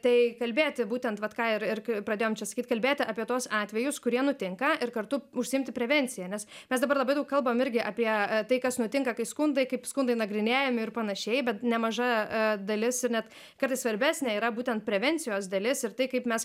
tai kalbėti būtent vat ką ir ir pradėjom čia sakyt kalbėti apie tuos atvejus kurie nutinka ir kartu užsiimti prevencija nes mes dabar labai daug kalbam irgi apie tai kas nutinka kai skundai kaip skundai nagrinėjami ir panašiai bet nemaža dalis ir net kartais svarbesnė yra būtent prevencijos dalis ir tai kaip mes